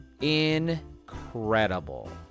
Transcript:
incredible